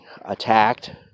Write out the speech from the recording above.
attacked